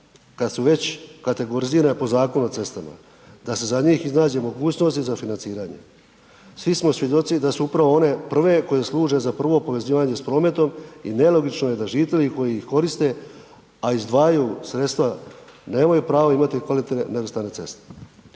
kad su već kategorizirane po Zakonu o cestama, da se za njih iznađe mogućnost i za financiranje. Svi smo svjedoci da su upravo one prve koje služe za prvo povezivanje s prometom i nelogično je da žitelji koji ih koriste, a izdvajaju sredstva, nemaju pravo imati kvalitetne nerazvrstane ceste.